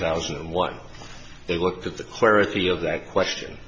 thousand and one they looked at the clarity of that question